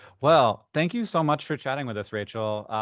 well, thank you so much for chatting with us, rachel.